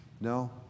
No